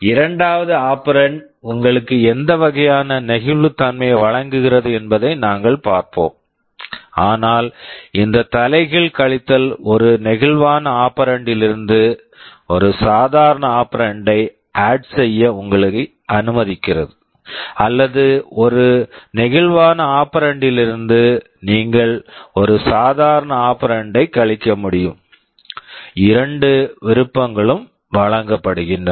இரண்டாவது operand operand உங்களுக்கு எந்த வகையான நெகிழ்வுத்தன்மையை வழங்குகிறது என்பதை நாங்கள் பார்ப்போம் ஆனால் இந்த தலைகீழ் கழித்தல் ஒரு நெகிழ்வான ஆபரண்ட் operand லிருந்து ஒரு சாதாரண ஆபரண்ட் operand ஐ ஆட் add செய்ய உங்களை அனுமதிக்கிறது அல்லது ஒரு நெகிழ்வான ஆபரண்ட் operand லிருந்து நீங்கள் ஒரு சாதாரண ஆபரண்ட் operand ஐக் கழிக்க முடியும் இரண்டு விருப்பங்களும் வழங்கப்படுகின்றன